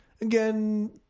again